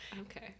Okay